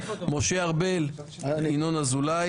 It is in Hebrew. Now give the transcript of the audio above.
משה ארבל, במקומו ינון אזולאי.